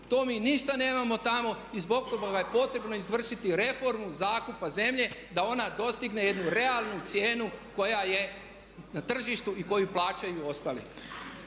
To mi ništa nemamo tamo i zbog toga je potrebno izvršiti reformu zakupa zemlje da ona dostigne jednu realnu cijenu koja je na tržištu i koju plaćaju ostali.